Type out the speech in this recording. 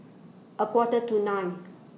A Quarter to nine